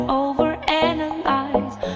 overanalyze